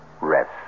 rest